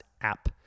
app